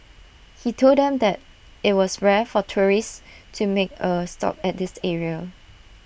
he told them that IT was rare for tourists to make A stop at this area